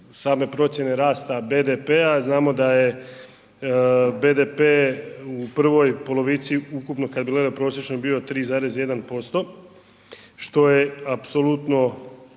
same procjene rasta BDP-a, znamo da je BDP u prvoj polovici ukupno kad gledamo, prosječno bio 3,1%, što je apsolutno